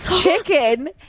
chicken